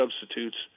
substitutes